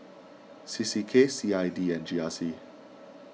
C C K C I D and G R C